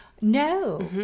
No